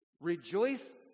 Rejoice